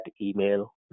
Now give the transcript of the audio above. email